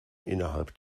innerhalb